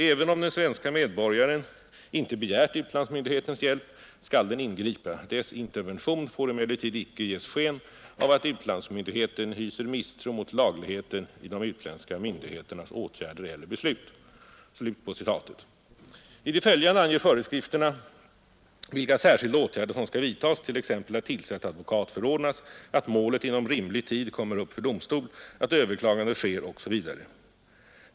Även om den svenske medborgaren inte begärt utlandsmyndighetens hjälp, skall den ingripa, Dess intervention får emellertid icke ges sken av att utlandsmyndigheten hyser misstro mot lagligheten i de utländska myndigheternas åtgärder eller beslut.” I det följande anger föreskrifterna vilka särskilda åtgärder som skall vidtas t.ex. att tillse att advokat förordnas, att målet inom rimlig tid kommer upp för domstol, att överklagande sker osv.